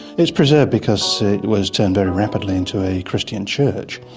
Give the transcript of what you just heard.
it's preserved because it was turned very rapidly into a christian church,